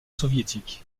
soviétique